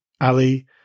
Ali